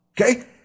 Okay